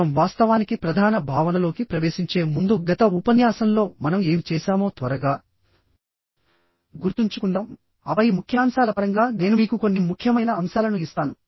మనం వాస్తవానికి ప్రధాన భావనలోకి ప్రవేశించే ముందు గత ఉపన్యాసంలో మనం ఏమి చేశామో త్వరగా గుర్తుంచుకుందాం ఆపై ముఖ్యాంశాల పరంగా నేను మీకు కొన్ని ముఖ్యమైన అంశాలను ఇస్తాను